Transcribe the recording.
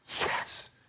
Yes